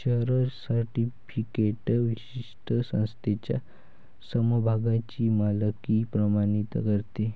share certificate विशिष्ट संख्येच्या समभागांची मालकी प्रमाणित करते